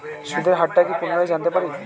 সুদের হার টা কি পুনরায় জানতে পারি?